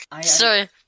sorry